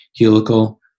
Helical